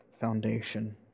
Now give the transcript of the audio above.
foundation